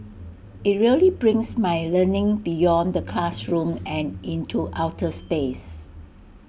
IT really brings my learning beyond the classroom and into outer space